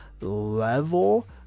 level